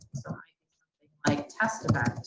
so like test event